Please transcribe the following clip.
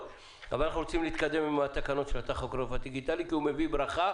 אבל אנחנו רוצים להתקדם עם תקנות הטכוגרף הדיגיטלי כי הוא מביא ברכה